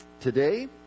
Today